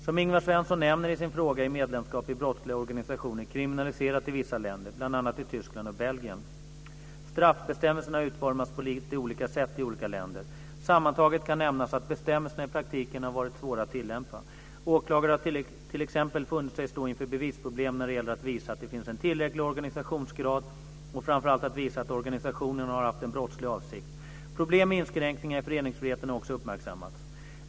Som Ingvar Svensson nämner i sin fråga är medlemskap i brottsliga organisationer kriminaliserat i vissa länder, bl.a. i Tyskland och i Belgien. Straffbestämmelserna har utformats på lite olika sätt i olika länder. Sammantaget kan nämnas att bestämmelserna i praktiken har varit svåra att tillämpa. Åklagare har t.ex. funnit sig stå inför bevisproblem när det gäller att visa att det finns en tillräcklig organisationsgrad och framför allt att visa att organisationen har haft en brottslig avsikt. Problem med inskränkningar i föreningsfriheten har också uppmärksammats.